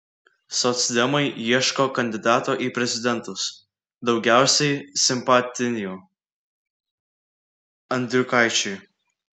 socdemai ieško kandidato į prezidentus daugiausiai simpatijų andriukaičiui